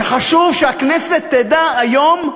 וחשוב שהכנסת תדע היום,